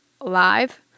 live